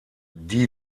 die